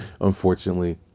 unfortunately